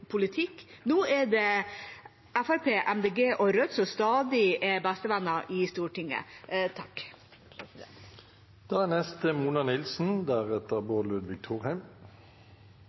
politikk. Nå er det Fremskrittspartiet, Miljøpartiet De Grønne og Rødt som stadig er bestevenner i Stortinget.